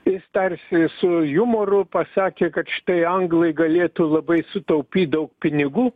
jis tarsi su jumoru pasakė kad štai anglai galėtų labai sutaupyt daug pinigų